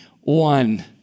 one